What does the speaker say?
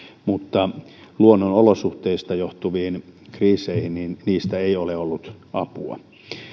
mutta luonnon olosuhteista johtuviin kriiseihin niistä ei ole ollut apua